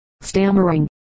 stammering